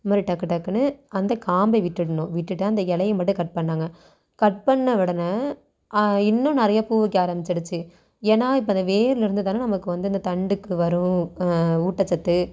இந்தமாதிரி டக்கு டக்குனு அந்த காம்பை விட்டுடணும் விட்டுட்டு அந்த இலைய மட்டும் கட் பண்ணாங்க கட் பண்ண உடனே இன்னும் நிறைய பூ வைக்க ஆரம்பிச்சிடுச்சு ஏன்னா இப்போ அந்த வேர்ல இருந்துதானே நமக்கு வந்து இந்த தண்டுக்கு வரும் ஊட்டச்சத்து